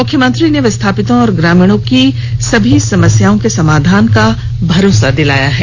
मुख्यमंत्री ने विस्थापितों और ग्रामीणों की सभी समस्याओं के समाधान का मरोसा दिलाया है